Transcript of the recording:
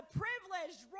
privileged